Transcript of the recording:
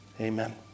Amen